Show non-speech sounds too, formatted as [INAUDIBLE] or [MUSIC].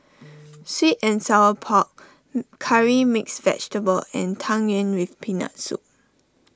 Sweet and Sour Pork [HESITATION] Curry Mixed Vegetable and Tang Yuen with Peanut Soup